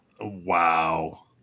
Wow